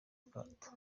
akato